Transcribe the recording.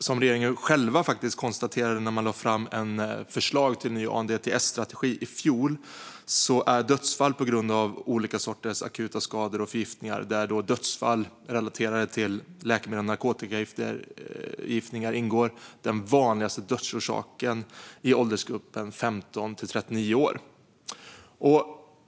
Som regeringen själv konstaterade när förslaget till ny ANDTS-strategi lades fram i fjol är dödsfall på grund av olika akuta skador och förgiftningar, där dödsfall relaterade till läkemedel och narkotikaförgiftningar ingår, den vanligaste dödsorsaken i åldersgruppen 15-39 år.